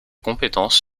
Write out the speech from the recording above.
compétences